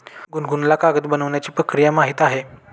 गुनगुनला कागद बनवण्याची प्रक्रिया माहीत आहे